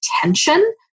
tension